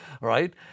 right